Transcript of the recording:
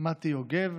מטי יוגב,